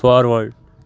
forward